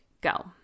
go